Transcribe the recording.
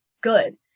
good